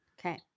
Okay